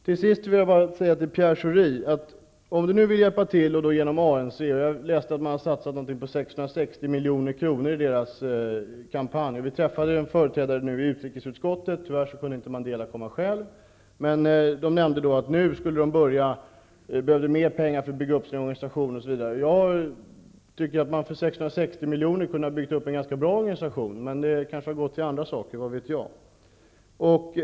Allra sist till Pierre Schori, som vill hjälpa genom ANC. Jag läste att man hade satsat 660 milj.kr. i ANC:s kampanj. Vi träffade i utrikesutskottet en företrädare för ANC. Tyvärr kunde inte Nelson Mandela komma själv. Vi fick höra att man behöver mer pengar för att bygga upp sin organisation. Jag tycker att man för 660 milj.kr. kan bygga en ganska bra organisation, men pengarna kanske har gått till andra saker, vad vet jag.